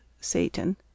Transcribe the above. Satan